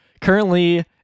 currently